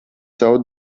savu